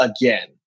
again